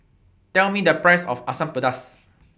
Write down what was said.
Tell Me The Price of Asam Pedas